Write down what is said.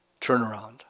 turnaround